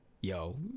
yo